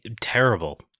terrible